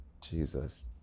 Jesus